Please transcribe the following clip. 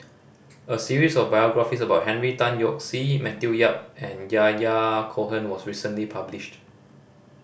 a series of biographies about Henry Tan Yoke See Matthew Yap and Yahya Cohen was recently published